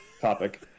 topic